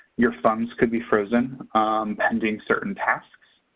your funds could be frozen pending certain tasks.